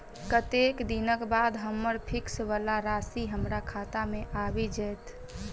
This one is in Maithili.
कत्तेक दिनक बाद हम्मर फिक्स वला राशि हमरा खाता मे आबि जैत?